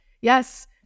yes